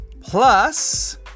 plus